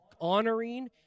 honoring